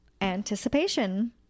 Anticipation